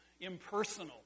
impersonal